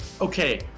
Okay